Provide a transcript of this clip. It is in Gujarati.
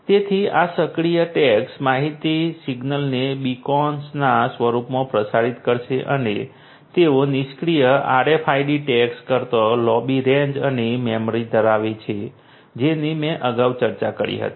તેથી આ સક્રિય ટૅગ્સ માહિતી સિગ્નલને બીકોન્સના સ્વરૂપમાં પ્રસારિત કરશે અને તેઓ નિષ્ક્રિય RFID ટૅગ્સ કરતાં લાંબી રેન્જ અને મેમરી ધરાવે છે જેની મેં અગાઉ ચર્ચા કરી હતી